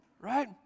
Right